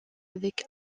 avec